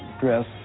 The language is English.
dress